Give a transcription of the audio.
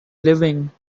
living